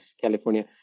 California